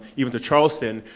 even to charleston,